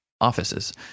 offices